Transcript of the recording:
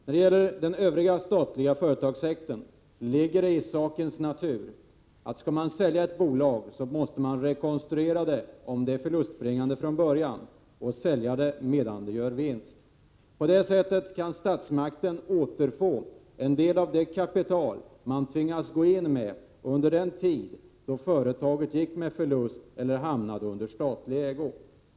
När det gäller den övriga statliga företagssektorn ligger det i sakens natur att man, om man skall sälja ett bolag, måste rekonstruera det, om det är förlustbringande från början, och sälja det medan det gör vinst. På det sättet kan statsmakten återfå en del av det kapital man tvingats gå in med under den tid företaget gått med förlust eller varit i statlig ägo.